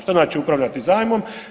Što znači upravljati zajmom?